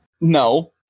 No